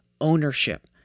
ownership